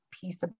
piece